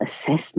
assessment